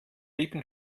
lippen